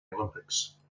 olympics